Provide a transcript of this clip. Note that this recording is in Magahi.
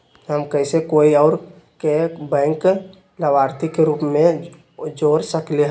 हम कैसे कोई और के बैंक लाभार्थी के रूप में जोर सकली ह?